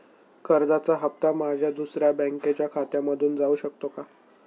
कर्जाचा हप्ता माझ्या दुसऱ्या बँकेच्या खात्यामधून जाऊ शकतो का?